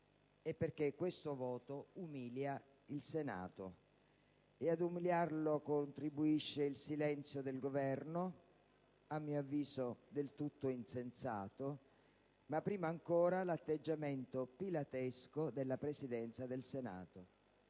il Senato della Repubblica. Ad umiliarlo contribuisce il silenzio del Governo, a mio avviso del tutto insensato, ma prima ancora l'atteggiamento pilatesco della Presidenza del Senato,